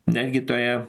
netgi toje